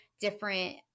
different